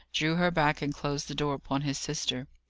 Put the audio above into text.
drew her back, and closed the door upon his sister.